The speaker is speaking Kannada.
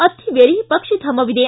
ಅತ್ತೀವೇರಿ ಪಕ್ಷಿಧಾಮವಿದೆ